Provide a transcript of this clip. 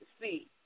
See